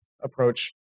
approach